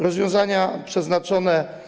Rozwiązania przeznaczone.